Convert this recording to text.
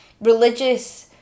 religious